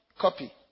Copy